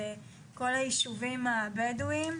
בכל היישובים הבדואים,